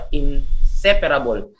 inseparable